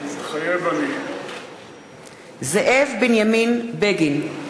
מתחייב אני זאב בנימין בגין,